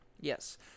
Yes